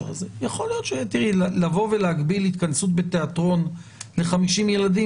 לבוא ולהגביל התכנסות בתיאטרון לך-50 ילדים,